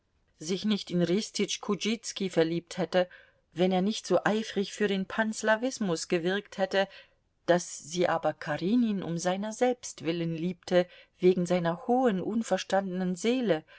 sich nicht in ristitsch kudschizki verliebt hätte wenn er nicht so eifrig für den panslawismus gewirkt hätte daß sie aber karenin um seiner selbst willen liebte wegen seiner hohen unverstandenen seele